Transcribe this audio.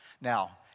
Now